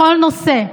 בכל נושא.